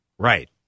Right